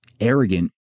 arrogant